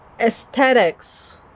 aesthetics